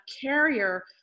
carrier